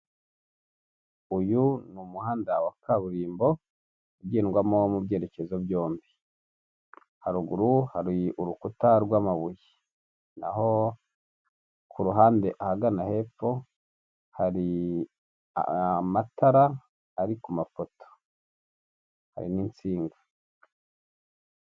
Uyu ni umuhanda wa kaburimbo ugendwamo mu byerekezo byombi haruguru hariru urukuta rw'amabuye naho ku ruhande ahagana hepfo hari amatara ari ku mafoto harimo insinga.